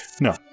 No